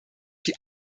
die